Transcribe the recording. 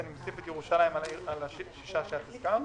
אני מוסיף את ירושלים על שש הערים שאת הזכרת.